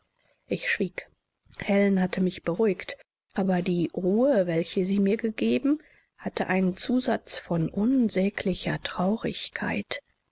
ich schwieg helen hatte mich beruhigt aber die ruhe welche sie mir gegeben hatte einen zusatz von unsäglicher traurigkeit